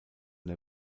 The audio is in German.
der